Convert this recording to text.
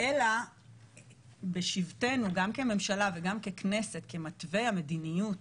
אלא בשבטנו גם כממשלה וגם ככנסת, כמתווה המדיניות